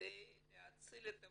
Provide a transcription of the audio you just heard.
כדי להציל את המצב.